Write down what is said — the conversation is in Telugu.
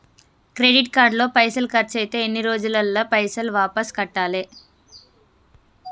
క్రెడిట్ కార్డు లో పైసల్ ఖర్చయితే ఎన్ని రోజులల్ల పైసల్ వాపస్ కట్టాలే?